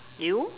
you